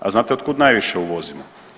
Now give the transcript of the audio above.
A znate od kud najviše uvozimo?